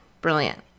Brilliant